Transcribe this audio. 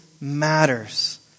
matters